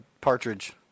Partridge